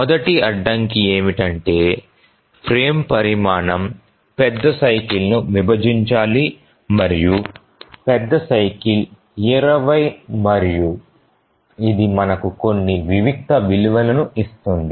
మొదటి అడ్డంకి ఏమిటంటే ఫ్రేమ్ పరిమాణం పెద్ద సైకిల్ ను విభజించాలి మరియు పెద్ద సైకిల్ 20 మరియు ఇది మనకు కొన్ని వివిక్త విలువలను ఇస్తుంది